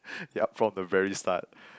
yup from the very start